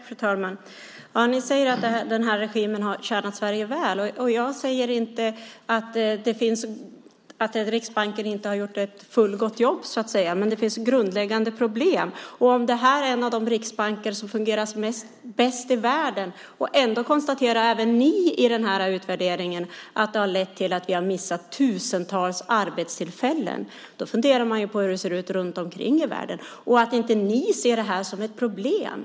Fru talman! Ni säger att den här regimen har tjänat Sverige väl. Jag säger inte att Riksbanken inte har gjort ett fullgott jobb. Men det finns grundläggande problem. Det här ska vara en av de riksbanker som fungerar bäst i världen, och ändå konstaterar även ni i utvärderingen att detta har lett till att vi har missat tusentals arbetstillfällen. Då funderar man på hur det ser ut runt omkring i världen. Det är konstigt att inte ni ser det här som ett problem.